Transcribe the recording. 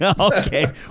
okay